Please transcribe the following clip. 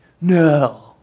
No